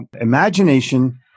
imagination